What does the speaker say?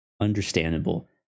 Understandable